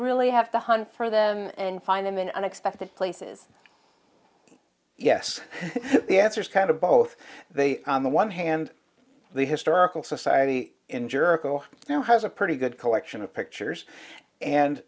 really have to hunt for them and find them in unexpected places yes the answer is kind of both they on the one hand the historical society in jerko now has a pretty good collection of pictures and